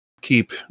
keep